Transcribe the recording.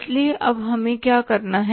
इसलिए अब हमें क्या करना है